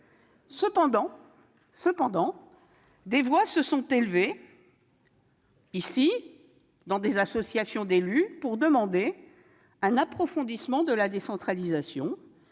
Cependant, des voix se sont élevées ici et au sein des associations d'élus pour demander un approfondissement de la décentralisation.